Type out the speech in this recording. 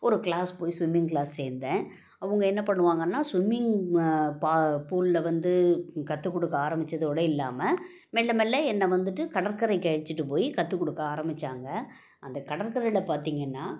ஒரு க்ளாஸ் போய் swimming class சேர்ந்தேன் அவங்க என்ன பண்ணுவாங்கன்னா ஸ்விம்மிங் பா பூல்ல வந்து கற்றுக்குடுக்க ஆரம்பிச்சதோட இல்லாமல் மெல்ல மெல்ல என்ன வந்துவிட்டு கடற்கரைக்கு அழைச்சிட்டு போய் கற்றுக்குடுக்க ஆரம்பிச்சாங்க அந்த கடற்கரையில் பார்த்திங்கனா